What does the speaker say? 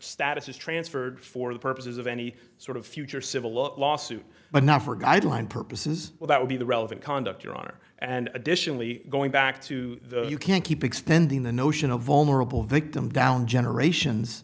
status is transferred for the purposes of any sort of future civil lawsuit but not for guideline purposes well that would be the relevant conduct your honor and additionally going back to you can't keep expanding the notion of vulnerable victim down generations